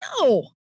No